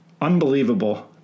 unbelievable